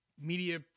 media